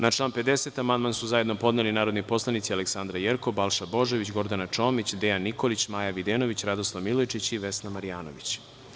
Na član 50. amandman su zajedno podneli narodni poslanici Aleksandra Jerkov, Balša Božović, Gordana Čomić, Dejan Nikolić, Maja Videnović, Radoslav Milojičić i Vesna Marjanović.